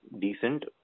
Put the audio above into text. decent